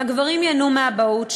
הגברים ייהנו מהאבהות,